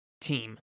team